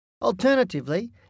Alternatively